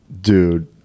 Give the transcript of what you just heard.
dude